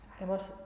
Hemos